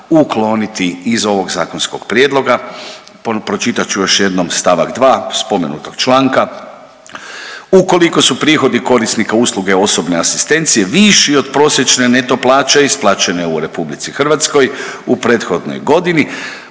ukloniti iz ovog zakonskog prijedloga. Pročitat ću još jednom st. 2 spomenutog članka ukoliko su prihodi korisnika usluge osobne asistencije viši od prosječne neto plaće isplaćene u Republici Hrvatskoj u prethodnoj godini